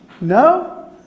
No